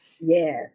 Yes